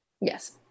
Yes